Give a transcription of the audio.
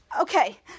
Okay